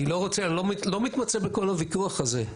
אני לא רוצה, אני לא מתמצא בכל הוויכוח הזה.